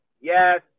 yes